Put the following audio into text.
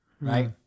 right